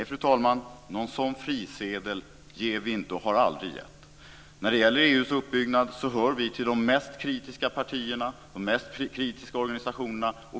Fru talman! Nej, någon sådan frisedel ger vi inte och har aldrig gett. När det gäller EU:s uppbyggnad hör vi till de mest kritiska partierna och organisationerna.